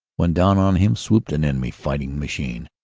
when down on him swooped an enemy fighting machine,